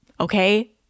Okay